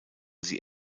sie